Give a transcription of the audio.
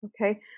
Okay